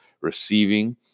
receiving